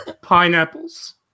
Pineapples